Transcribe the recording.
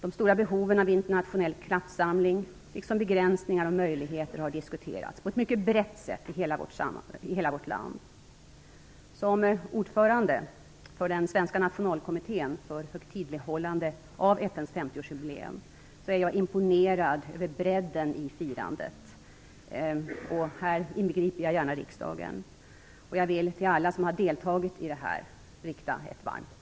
De stora behoven av internationell kraftsamling liksom begränsningar och möjligheter har diskuterats på ett mycket brett sätt i hela vårt land. Som ordförande för den svenska nationalkommittén för högtidlighållandet av FN:s 50-årsjubileum är jag imponerad över bredden i firandet - riksdagen inbegripen - och vill till alla som deltagit rikta ett varmt tack.